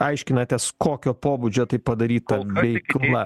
aiškinatės kokio pobūdžio tai padaryta veikla